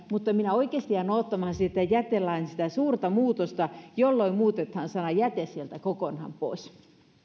mutta minä oikeasti jään odottamaan sitä jätelain suurta muutosta jolloin muutetaan sana jäte sieltä kokonaan pois